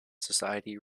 society